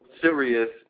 serious